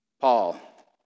Paul